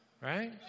Right